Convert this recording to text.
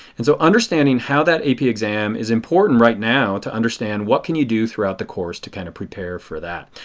and so understanding how that ap exam is important right now to understand what can you do throughout the course to kind of prepare for that.